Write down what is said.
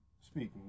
Speaking